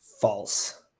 false